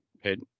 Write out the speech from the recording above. head